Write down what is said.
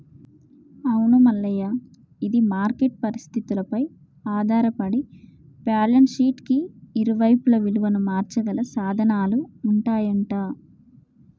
అవును మల్లయ్య ఇది మార్కెట్ పరిస్థితులపై ఆధారపడి బ్యాలెన్స్ షీట్ కి ఇరువైపులా విలువను మార్చగల సాధనాలు ఉంటాయంట